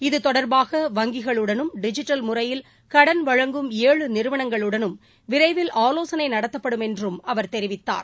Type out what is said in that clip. இது தொடர்பாக வங்கிகளுடனும் டிஜிட்டல் முறையில் கடன் வழங்கும் ஏழு நிறுவனங்களுடனும் விரைவில் ஆலோசனை நடத்தப்படும் என்றம் அவர் தெரிவித்தார்